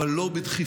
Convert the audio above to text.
אבל לא בדחיפותן.